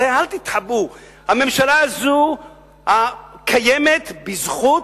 הרי אל תתחבאו, הממשלה הזאת קיימת בזכות,